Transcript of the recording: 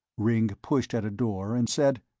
ringg pushed at a door and said,